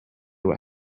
what